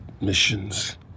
missions